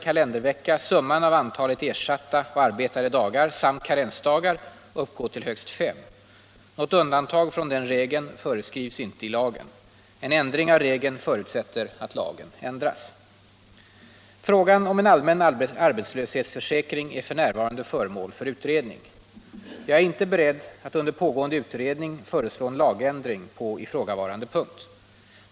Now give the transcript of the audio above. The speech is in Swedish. Jag är inte beredd att under pågående utredning föreslå en lag Omarbetslöshetser ändring på ifrågavarande punkt.